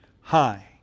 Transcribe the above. high